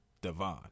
Devon